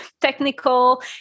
technical